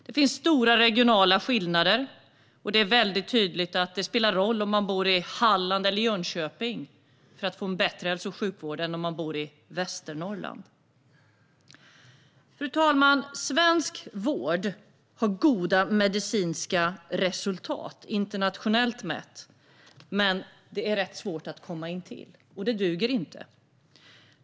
Det finns stora regionala skillnader, och det är tydligt att det spelar roll för vilken hälso och sjukvård man får om man bor i Halland eller Jönköping eller om man bor i Västernorrland. Fru talman! Svensk vård har goda medicinska resultat internationellt sett, men det är rätt svårt att komma dit, och det duger inte.